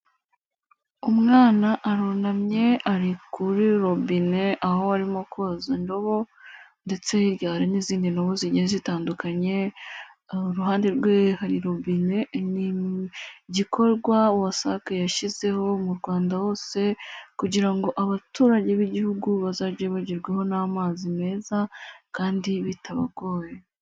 Umwana arunamye ari kuri robine aho arimo koza indobo ndetse hirya n'izindi ndobo zigiye zitandukanye, iruhande rwe hari robine, ni igikorwa WASSAC yashyizeho mu rwanda hose kugira ngo abaturage b'Igihugu bazajye bagerwaho n'amazi meza kandi bitabagoye.